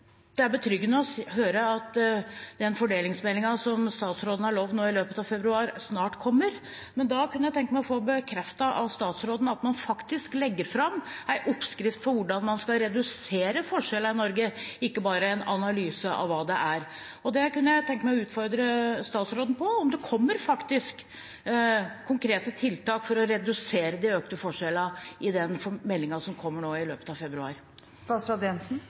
det er betryggende å høre at den fordelingsmeldingen som statsråden har lovet i løpet av februar, snart kommer. Da kunne jeg tenke meg å få bekreftet av statsråden at man faktisk legger fram en oppskrift for hvordan man skal redusere forskjellene i Norge, ikke bare en analyse av hva det er. Jeg kunne tenke meg å utfordre statsråden på om det faktisk kommer konkrete tiltak for å redusere de økte forskjellene i den meldingen som kommer i løpet av